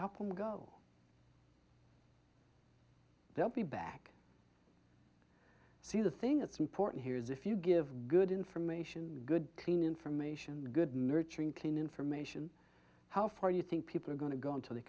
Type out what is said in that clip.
help them go they'll be back see the thing that's important here is if you give good information good clean information and good nurturing clean information how far do you think people are going to go until they